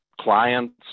clients